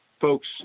folks